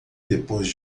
depois